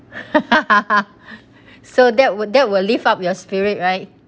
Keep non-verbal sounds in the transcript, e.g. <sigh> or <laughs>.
<laughs> so that would that would lift up your spirit right